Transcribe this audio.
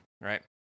Right